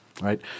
Right